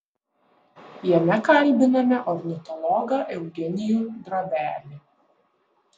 jame kalbiname ornitologą eugenijų drobelį